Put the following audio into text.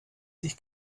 sich